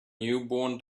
newborn